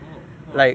oh !wah!